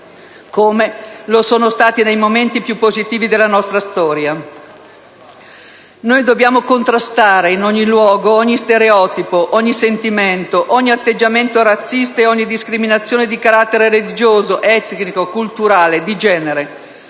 come lo sono stati nei momenti più positivi della nostra storia. Dobbiamo contrastare in ogni luogo ogni stereotipo, ogni sentimento, ogni atteggiamento razzista e ogni discriminazione di carattere religioso, etnico, culturale, di genere.